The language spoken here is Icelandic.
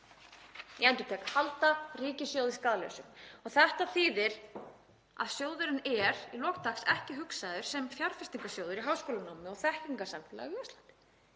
Ég endurtek: Halda ríkissjóði skaðlausum. Þetta þýðir að sjóðurinn er í lok dags ekki hugsaður sem fjárfestingarsjóður í háskólanámi og þekkingarsamfélagi á Íslandi.